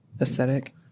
aesthetic